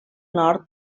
nord